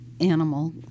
animal